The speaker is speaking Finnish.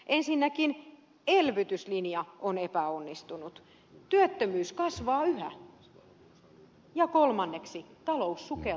ensinnäkin elvytyslinja on epäonnistunut työttömyys kasvaa yhä ja kolmanneksi talous sukeltaa edelleen